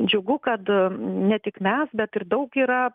džiugu kad ne tik mes bet ir daug yra